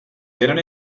tenen